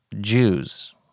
Jews